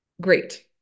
great